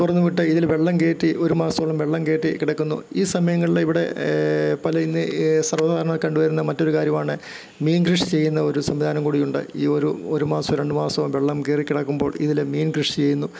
തുറന്നുവിട്ട് ഇതിൽ വെള്ളം കയറ്റി ഒരു മാസം വെള്ളം കയറ്റി കിടക്കുന്നു ഈ സമയങ്ങളില് ഇവിടെ പലേയ്ല് സർവ്വസാധാരണ കണ്ടുവരുന്ന മറ്റൊരു കാര്യമാണ് മീൻ കൃഷി ചെയ്യുന്നൊരു സംവിധാനം കൂടിയുണ്ട് ഈയൊരു ഒരു മാസവും രണ്ടു മാസവും വെള്ളം കയറി കിടക്കുമ്പോൾ ഇതില് മീൻ കൃഷി ചെയ്യുന്നു